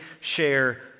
share